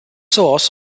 source